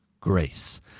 grace